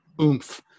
oomph